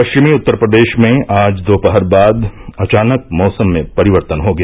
पश्चिमी उत्तर प्रदेश में आज दोपहर बाद अचानक मौसम में परिवर्तन हो गया